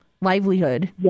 livelihood